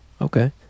okay